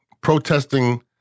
protesting